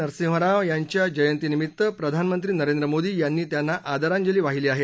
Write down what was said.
नरसिंह राव यांच्या जयंतीनिमित्त प्रधानमंत्री नरेंद्र मोदी यांनी त्यांना आदरांजली वाहिली आहे